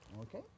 Okay